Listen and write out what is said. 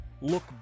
look